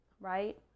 right